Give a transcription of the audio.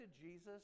Jesus